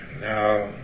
Now